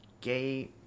gay